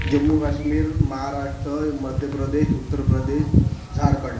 Jammu Kashmir Maharashtra Madhya Pradesh Uttar Pradesh Jharkhand